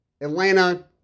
Atlanta